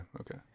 Okay